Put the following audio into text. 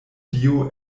dio